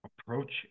Approach